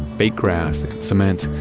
fake grass, and cement,